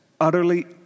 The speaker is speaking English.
utterly